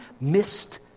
missed